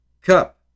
Cup